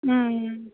ம்ம்